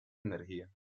energía